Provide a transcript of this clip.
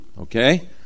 Okay